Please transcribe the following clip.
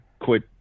quit